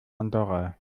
andorra